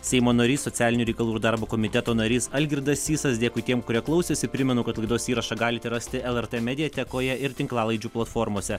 seimo narys socialinių reikalų ir darbo komiteto narys algirdas sysas dėkui tiem kurie klausėsi primenu kad laidos įrašą galite rasti lrt mediatekoje ir tinklalaidžių platformose